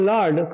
Lord